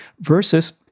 Versus